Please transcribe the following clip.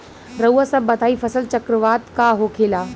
रउआ सभ बताई फसल चक्रवात का होखेला?